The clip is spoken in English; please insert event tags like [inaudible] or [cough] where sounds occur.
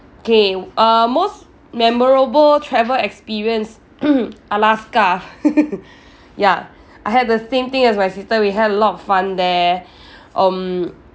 K uh most memorable travel experience [coughs] alaska [laughs] ya I had the same thing as my sister we had a lot of fun there um